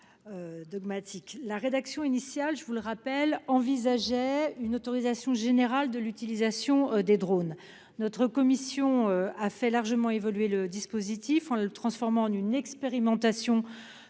la rédaction initiale envisageait une autorisation générale de l'utilisation des drones. Notre commission a largement fait évoluer le dispositif, en le transformant en une expérimentation sur